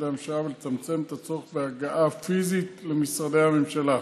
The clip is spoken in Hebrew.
ידי הממשלה ולצמצם את הצורך בהגעה פיזית למשרדי הממשלה.